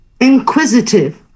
inquisitive